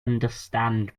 understand